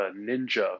Ninja